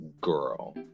girl